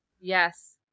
Yes